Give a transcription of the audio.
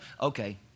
Okay